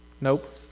Nope